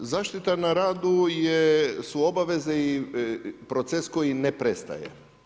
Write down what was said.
Zaštita na radu su obaveze i proces koji ne prestaje.